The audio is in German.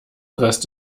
rest